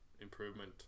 improvement